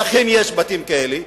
ואכן יש בתים כאלה,